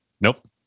nope